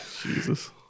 Jesus